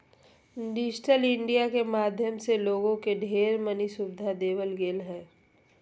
digital India के माध्यम से लोगों के ढेर मनी सुविधा देवल गेलय ह